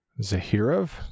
Zahirov